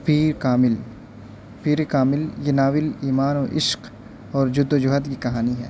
پیرِ کامل پیرِ کامل یہ ناول ایمان اور عشق اور جد و جہد کی کہانی ہے